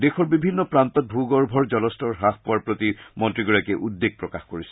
দেশৰ বিভিন্ন প্ৰান্তত ভূগৰ্ভৰ জলস্তৰ হাস পোৱাৰ প্ৰতি মন্ত্ৰীগৰাকীয়ে উদ্বেগ প্ৰকাশ কৰিছে